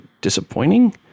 disappointing